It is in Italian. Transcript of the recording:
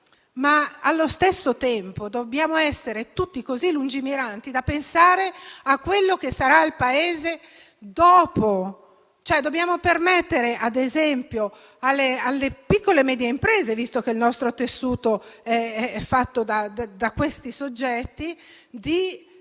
ma, allo stesso tempo, dobbiamo essere tutti così lungimiranti da pensare a quello che sarà il Paese dopo. Dobbiamo cioè permettere, ad esempio, alle piccole e medie imprese, visto che il nostro tessuto è fatto da questi soggetti, di